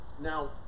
Now